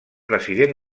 president